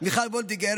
מיכל וולדיגר,